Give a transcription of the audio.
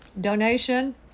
donation